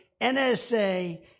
NSA